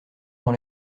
dans